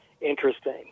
interesting